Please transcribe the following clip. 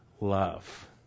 love